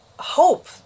hope